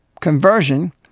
conversion